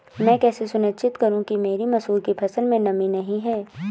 मैं कैसे सुनिश्चित करूँ कि मेरी मसूर की फसल में नमी नहीं है?